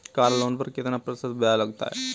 Car loan पर कितना प्रतिशत ब्याज लगेगा?